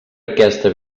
aquesta